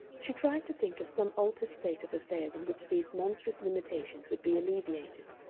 she tried to think of some altered state of affairs in which these monstrous limitations would be alleviated,